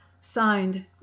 signed